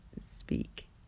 speak